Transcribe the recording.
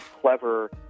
clever